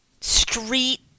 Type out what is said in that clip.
street